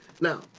Now